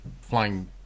flying